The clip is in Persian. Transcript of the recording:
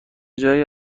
جای